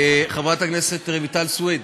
חברת הכנסת רויטל סויד